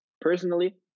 personally